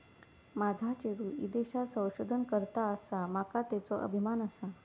माझा चेडू ईदेशात संशोधन करता आसा, माका त्येचो अभिमान आसा